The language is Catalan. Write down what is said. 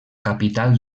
capital